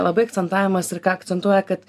labai akcentavimas ir ką akcentuoja kad